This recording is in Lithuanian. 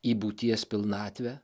į būties pilnatvę